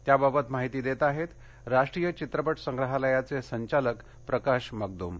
त्याबाबत माहिती देत आहेत राष्ट्रीय चित्रपट संग्रहालयाचे संचालक प्रकाश मगद्म